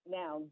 now